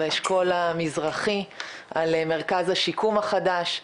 באשכול המזרחי על מרכז השיקום החדש,